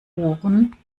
ohren